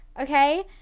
okay